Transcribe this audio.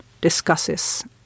discusses